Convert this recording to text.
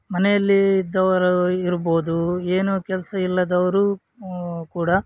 ಮನೆಯಲ್ಲಿ ಇದ್ದವರು ಇರ್ಬೋದು ಏನೂ ಕೆಲಸ ಇಲ್ಲದವರೂ ಕೂಡ